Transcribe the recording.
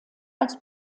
als